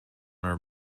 our